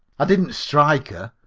i didn't strike her,